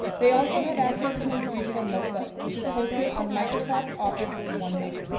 they also have access to a digital notebook, which is hosted on microsoft office onenote.